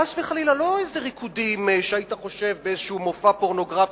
חס וחלילה לא איזה ריקודים שהיית חושב באיזה מופע פורנוגרפי,